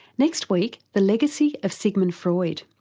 next week, the legacy of sigmund freud.